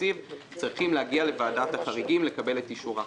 התקציב צריכים להגיע לוועדת החריגים ולקבל את אישורה.